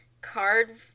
card